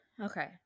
okay